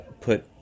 put